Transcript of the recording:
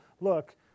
look